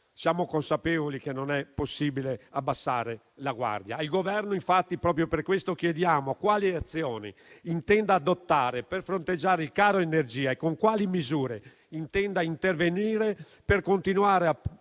Siamo consapevoli che non è possibile abbassare la guardia. Proprio per questo chiediamo al Governo quali azioni intenda adottare per fronteggiare il caro energia e con quali misure intenda intervenire per continuare a